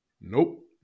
Nope